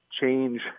change